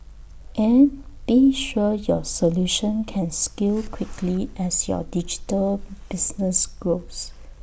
and be sure your solution can scale quickly as your digital business grows